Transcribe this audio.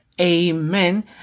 Amen